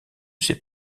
ses